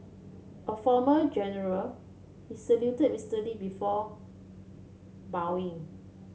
a former general he saluted Mister Lee before bowing